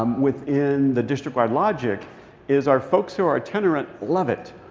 um within the district-wide logic is, our folks who are itinerant love it.